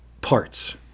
parts